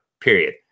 Period